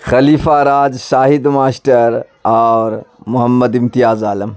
خلیفہ راج شاہد ماشٹر اور محمد امتیاز عالم